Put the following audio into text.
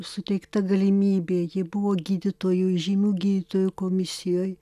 suteikta galimybė ji buvo gydytojų įžymių gydytojų komisijoj